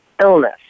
illness